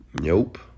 Nope